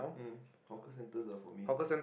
mm hawker centres are for me